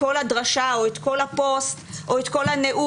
כל הדרשה או את כל הפוסט או את כל הנאום,